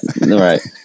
Right